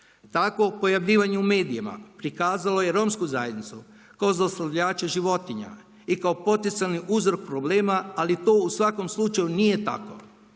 Tako pojavljivanje u medijima prikazalo je romsku zajednicu kao zlostavljače životinja i kao potencijalni uzrok problema ali to u svakom slučaju nije tako.